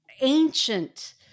ancient